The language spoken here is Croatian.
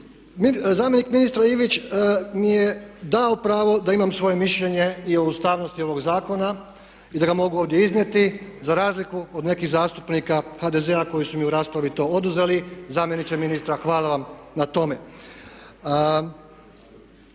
Zamjenik ministra Ivić mi je dao pravo da imam svoje mišljenje i o ustavnosti ovog zakona i da ga mogu ovdje iznijeti za razliku od nekih zastupnika HDZ-a koji su mi u raspravi to oduzeli. Zamjeniče ministra hvala vam na tome.